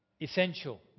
Essential